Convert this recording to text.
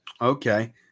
Okay